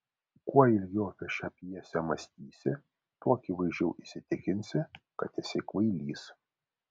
kuo ilgiau apie šią pjesę mąstysi tuo akivaizdžiau įsitikinsi kad esi kvailys